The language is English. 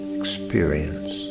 experience